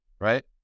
right